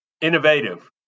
Innovative